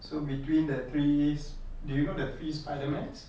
so between the three s~ do you know the three spidermans